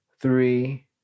three